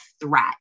threat